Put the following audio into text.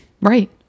right